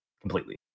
completely